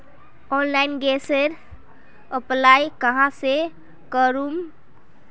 Online गैसेर apply कहाँ से करूम?